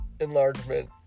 Enlargement